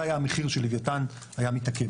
זה היה המחיר שלוויתן היה מתעכב.